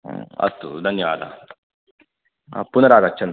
हा अस्तु धन्यवादः पुनरागच्छन्तु